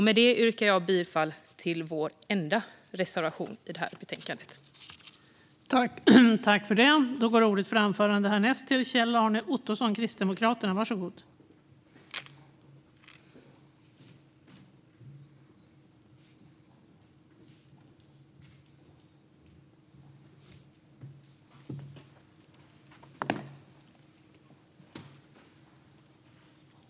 Med det yrkar jag bifall till vår enda reservation i det här betänkandet, nämligen reservation 3.